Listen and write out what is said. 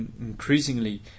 increasingly